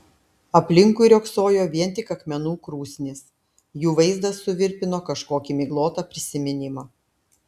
aplinkui riogsojo vien tik akmenų krūsnys jų vaizdas suvirpino kažkokį miglotą prisiminimą